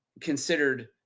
considered